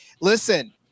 listen